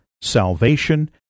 salvation